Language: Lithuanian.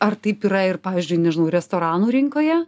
ar taip yra ir pavyzdžiui nežinau restoranų rinkoje